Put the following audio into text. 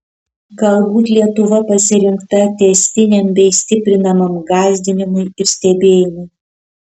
galbūt lietuva pasirinkta tęstiniam bei stiprinamam gąsdinimui ir stebėjimui